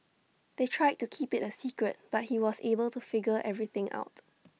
they tried to keep IT A secret but he was able to figure everything out